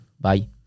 bye